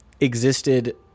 existed